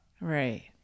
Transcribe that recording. Right